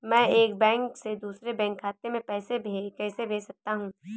मैं एक बैंक से दूसरे बैंक खाते में पैसे कैसे भेज सकता हूँ?